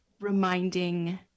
reminding